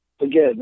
again